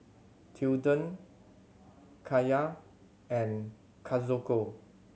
Tilden Kaia and Kazuko